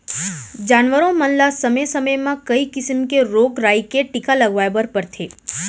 जानवरों मन ल समे समे म कई किसम के रोग राई के टीका लगवाए बर परथे